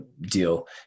deal